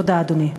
תודה, אדוני.